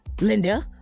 Linda